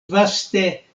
vaste